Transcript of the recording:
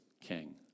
king